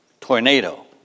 tornado